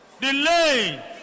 Delay